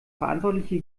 verantwortliche